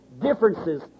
differences